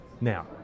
Now